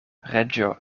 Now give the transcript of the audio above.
reĝo